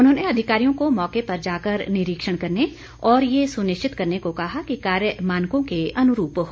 उन्होंने अधिकारियों को मौके पर जाकर निरीक्षण करने और ये सुनिश्चित करने को कहा कि कार्य मानकों के अनुरूप हो